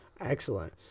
Excellent